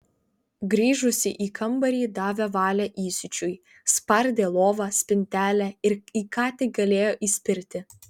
grįžusi į kambarį davė valią įsiūčiui spardė lovą spintelę ir į ką tik galėjo įspirti